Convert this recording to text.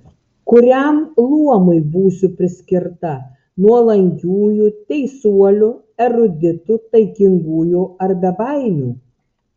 kuriam luomui būsiu priskirta nuolankiųjų teisuolių eruditų taikingųjų ar bebaimių